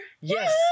Yes